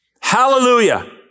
Hallelujah